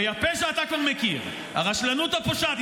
הרי את הפשע אתה כבר מכיר, הרשלנות הפושעת.